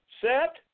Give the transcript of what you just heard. set